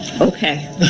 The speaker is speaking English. Okay